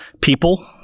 people